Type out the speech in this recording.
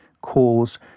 calls